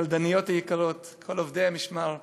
קלדניות יקרות, כל עובדי המשמר,